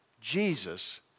Jesus